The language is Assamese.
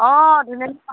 অঁ ধুনীয়া ধুনীয়া